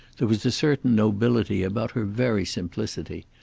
there was a certain nobility about her very simplicity,